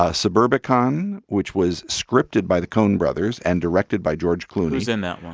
ah suburbicon, which was scripted by the coen brothers and directed by george clooney who's in that one?